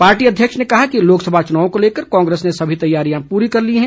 party अध्यक्ष ने कहा कि लोकसभा चुनाव को लेकर कांग्रेस ने सभी तैयारियां पूरी कर ली है